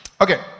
Okay